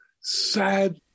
sad